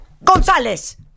¡González